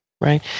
Right